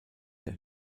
der